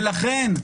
ולכן,